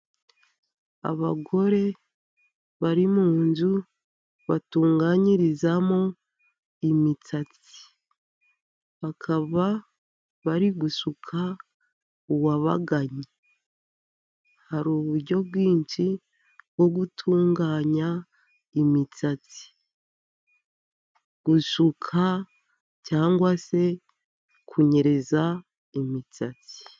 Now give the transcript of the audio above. Abagore bari mu nzu batunganyirizamo imisatsi, bakaba bari gusuka uwabagannye, hari uburyo bwinshi bwo gutunganya imisatsi, gusuka cyangwa se kunyereza imisatsi.